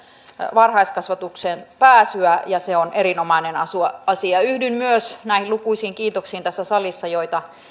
varhaiskasvatukseen pääsyä ja se on erinomainen asia yhdyn myös näihin lukuisiin kiitoksiin tässä salissa joita